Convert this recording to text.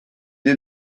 est